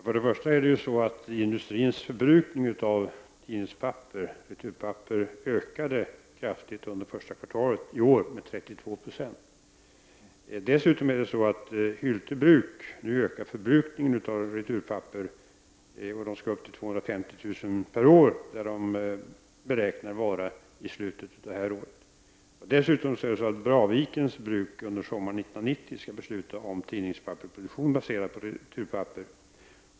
Herr talman! Industrins förbrukning av returpapper ökade kraftigt under första kvartalet i år, med 32 20. Dessutom ökar Hyltebruk förbrukningen av returpapper. Den skall upp till nivån 250 000 ton/år, där den beräknas vara i slutet av detta år. Utöver detta skall Braviks bruk under sommaren 1990 besluta om tidningspappersproduktion baserad på returpapper.